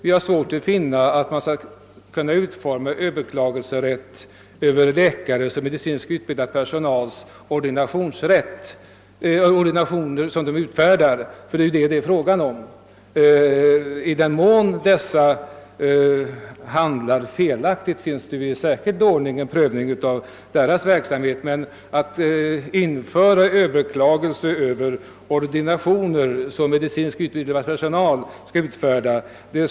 Vi har svårt att finna att man kan införa någon överklagningsrätt när det gäller ordinationer som läkare och annan medicinskt utbildad personal utfärdar. I den mån den personalen handlar felaktigt finns det möjlighet till prövning i särskild ordning. Det skulle vara något mycket ovanligt att införa en rätt att överklaga ordinationer som medicinskt utbildad personal utfärdar.